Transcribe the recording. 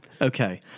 okay